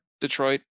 Detroit